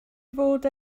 fod